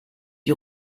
die